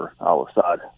al-Assad